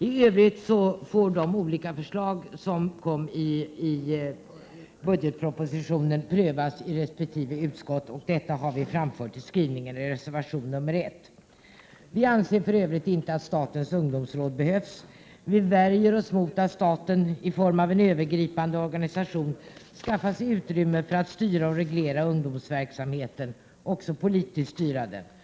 I övrigt får de olika förslag som presenterades i budgetpropositionen prövas i resp. utskott, och detta har vi framfört i skrivningen i reservation nr 1. Vi anser inte att statens ungdomsråd behövs. Vi värjer oss mot att staten i form av en övergripande organisation skaffar sig utrymme för att styra och reglera ungdomsverksamheten, och i det här fallet också styra den politiskt.